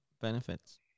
benefits